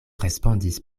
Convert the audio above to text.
respondis